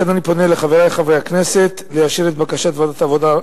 לכן אני פונה אל חברי חברי הכנסת לאשר את בקשת ועדת העבודה,